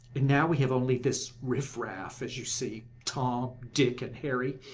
and now we have only this riff-raff, as you see tom, dick, and harry.